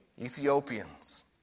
Ethiopians